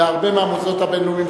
בהרבה מהמוסדות הבין-לאומיים.